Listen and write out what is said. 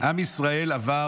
עם ישראל עבר